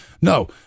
no